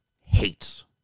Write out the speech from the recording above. hates